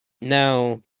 now